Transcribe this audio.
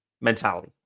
mentality